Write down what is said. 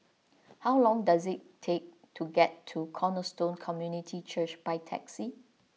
how long does it take to get to Cornerstone Community Church by taxi